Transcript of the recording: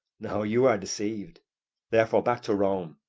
no, you are deceived therefore back to rome,